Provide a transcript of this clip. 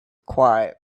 quiet